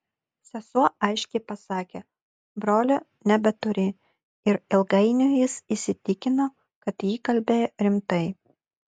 sesuo aiškiai pasakė brolio nebeturi ir ilgainiui jis įsitikino kad ji kalbėjo rimtai